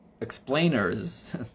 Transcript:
explainers